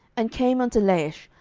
and came unto laish,